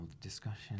discussion